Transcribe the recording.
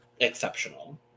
Exceptional